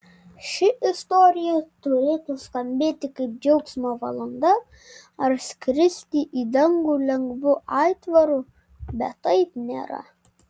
ši istorija turėtų skambėti kaip džiaugsmo valanda ar skristi į dangų lengvu aitvaru bet taip nėra